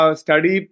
study